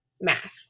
math